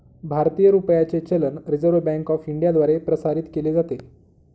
भारतीय रुपयाचे चलन रिझर्व्ह बँक ऑफ इंडियाद्वारे प्रसारित केले जाते